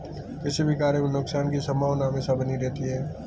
किसी भी कार्य में नुकसान की संभावना हमेशा बनी रहती है